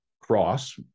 cross